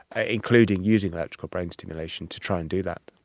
ah including using electrical brain stimulation to try and do that.